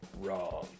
Wrong